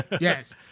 Yes